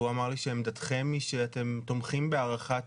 והוא אמר לי שעמדתכם היא שאתם תומכים בהארכת